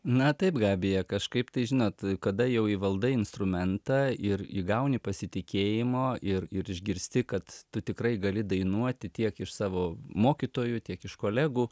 na taip gabija kažkaip tai žinot kada jau įvaldai instrumentą ir įgauni pasitikėjimo ir ir išgirsti kad tu tikrai gali dainuoti tiek iš savo mokytojų tiek iš kolegų